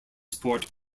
sport